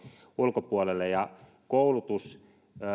ulkopuolelle koulutus